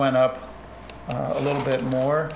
went up a little bit more